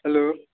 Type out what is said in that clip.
hello